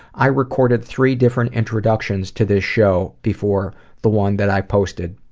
i recorded three different introductions to this show before the one that i posted.